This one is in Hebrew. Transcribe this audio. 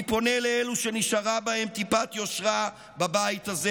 אני פונה לאלה שנשארה בהם טיפת יושרה בבית הזה